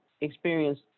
experience